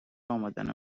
امدن